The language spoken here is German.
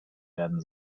werden